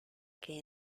que